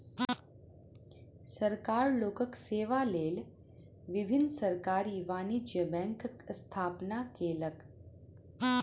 सरकार लोकक सेवा लेल विभिन्न सरकारी वाणिज्य बैंकक स्थापना केलक